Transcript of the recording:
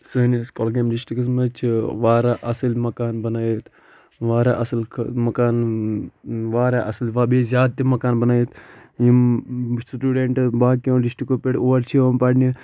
سٲنِس کۄلگامہِ ڈِسٹِکس منٛز چھِ واریاہ اصٕل مکان بَنٲوِتھ واریاہ اصٕل مکان واریاہ اصٕل بیٚیہِ زِیاد تہِ مکان بنٲوِتھ یِم سِٹوٗڈٮ۪نٛٹ باقِیَو ڈِسٹِکَو پٮ۪ٹھ اور چھِ یِوان پَرنہِ